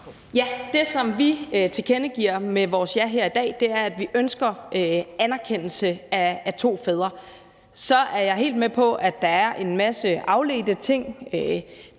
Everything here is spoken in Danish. Ja. Det, som vi tilkendegiver med vores ja her i dag, er, at vi ønsker anerkendelse af to fædre. Så er jeg helt med på, at der er en hel masse afledte ting.